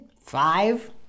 Five